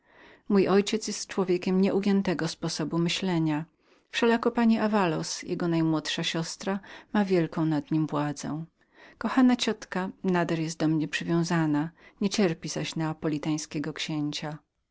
mój ojciec jestto człowiek nieugiętego sposobu myślenia wszelako pani davaloz jego najmłodsza siostra ma wielką nad nim władzę kochana ta ciotka nader jest do mnie przywiązaną niecierpi zaś neapolitańskiego księcia